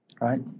Right